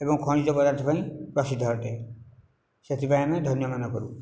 ଏବଂ ଖଣିଜ ପଦାର୍ଥ ପାଇଁ ପ୍ରସିଦ୍ଧ ଅଟେ ସେଥିପାଇଁ ଆମେ ଧନ୍ୟ ମନେକରୁ